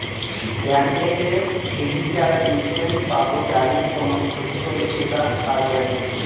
bank থেকে vehicle insurance পাব গাড়ির কোনো ক্ষতি হলে সেটা কাজে আসবে